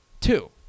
Two